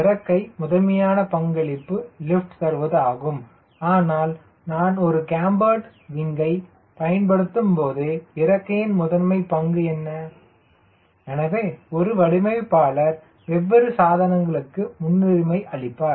இறக்கை முதன்மையாக பங்களிப்பு லிப்ட் தருவது ஆகும் ஆனால் நான் ஒரு கேம்பர்டு விங்கைப் பயன்பத்தும்போது இறக்கையின் முதன்மை பங்கு என்ன எனவே ஒரு வடிவமைப்பாளர் வெவ்வேறு சாதனங்களுக்கு முன்னுரிமை அளிப்பார்